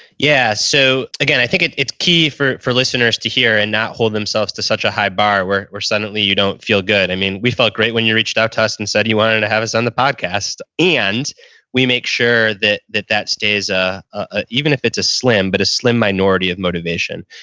yeah. so again, i think it's it's key for for listeners to hear and not hold themselves to such a high bar where where suddenly you don't feel good. i mean, we felt great when you reached out to us and said you wanted to and have us on the podcast. and we make sure that that that stays, ah ah even if it's a slim, but a slim minority of motivation.